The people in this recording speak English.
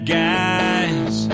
guys